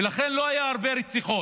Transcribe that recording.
ולכן לא היו הרבה רציחות.